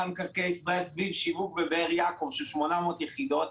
מקרקעי ישראל סביב שיווק בבאר יעקב של 800 יחידות.